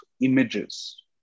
images